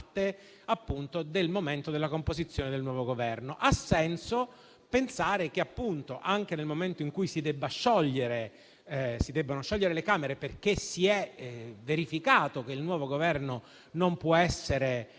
del momento della composizione del nuovo Governo. Ha senso pensare che, anche nel momento in cui si debbano sciogliere le Camere perché si è verificato che il nuovo Governo non può essere